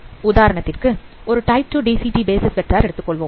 உதாரணத்திற்கு ஒரு type 2 DCT basis vector எடுத்துக்கொள்வோம்